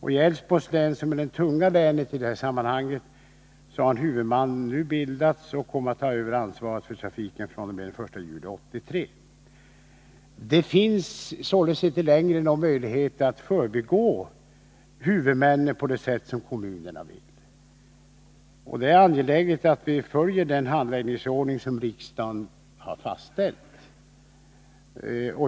I Älvsborgs län, som är det tunga länet i det här sammanhanget, har en huvudman nu utsetts som kommer att ta över ansvaret för trafiken fr.o.m. den 1 juli 1983. Det finns således inte längre någon möjlighet att förbigå huvudmännen på det sätt som kommunerna vill. Det är också angeläget att vi följer den handläggningsordning som riksdagen har fastställt.